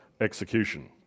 execution